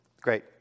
Great